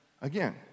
again